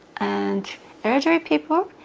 and elderly people,